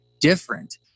different